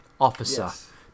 officer